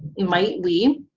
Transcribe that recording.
might we.